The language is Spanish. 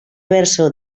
verso